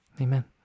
amen